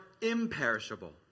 imperishable